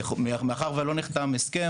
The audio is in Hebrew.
מאחר ולא נחתם הסכם,